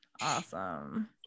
Awesome